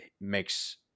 makes